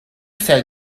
said